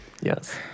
Yes